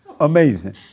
Amazing